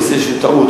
יעשה שם טעות,